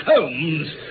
Holmes